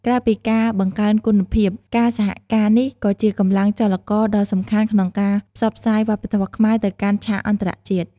ក្រៅពីការបង្កើនគុណភាព ការសហការនេះក៏ជាកម្លាំងចលករដ៏សំខាន់ក្នុងការ ផ្សព្វផ្សាយវប្បធម៌ខ្មែរទៅកាន់ឆាកអន្តរជាតិ។